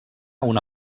una